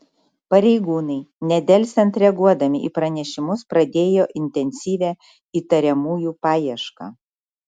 pareigūnai nedelsiant reaguodami į pranešimus pradėjo intensyvią įtariamųjų paiešką